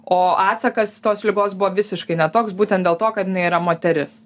o atsakas tos ligos buvo visiškai ne toks būtent dėl to kad jinai yra moteris